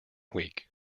week